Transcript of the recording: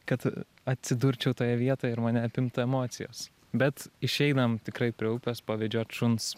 kad atsidurčiau toje vietoje ir mane apimtų emocijos bet išeinam tikrai prie upės pavedžiot šuns